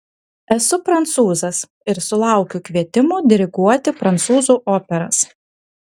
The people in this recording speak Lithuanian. esu prancūzas ir sulaukiu kvietimų diriguoti prancūzų operas